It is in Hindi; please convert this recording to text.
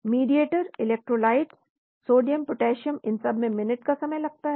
मीडीएटर इलेक्ट्रोलाइट्स सोडियम पोटेशियम इन सब में मिनट का समय लगता है